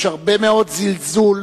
יש הרבה מאוד זלזול,